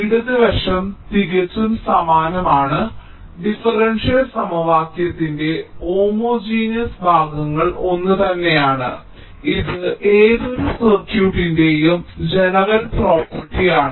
ഇടത് വശം തികച്ചും സമാനമാണ് ഡിഫറൻഷ്യൽ സമവാക്യത്തിന്റെ ഹോമോജിനെസ് ഭാഗങ്ങൾ ഒന്നുതന്നെയാണ് ഇത് ഏതൊരു സർക്യൂട്ടിന്റെയും ജനറൽ പ്രോപ്പർട്ടിയാണ്